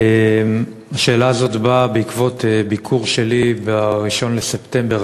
השאלה הזאת באה בעקבות ביקור שלי ב-1 בספטמבר